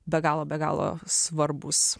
be galo be galo svarbūs